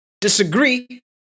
disagree